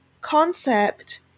concept